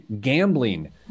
gambling